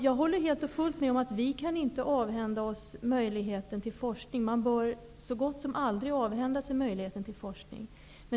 Jag håller helt och fullt med om att vi inte kan avhända oss möjligheten till forskning. Man bör så gott som aldrig avhända sig möjligheten till forskning.